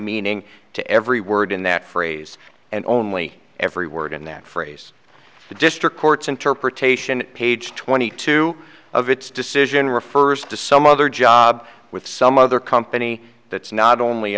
meaning to every word in that phrase and only every word in that phrase the district court's interpretation page twenty two of its decision refers to some other job with some other company that's not only